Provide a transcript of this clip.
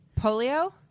Polio